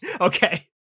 Okay